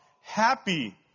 happy